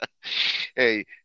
hey